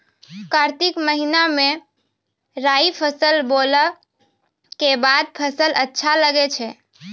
कार्तिक महीना मे राई फसल बोलऽ के बाद फसल अच्छा लगे छै